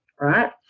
Right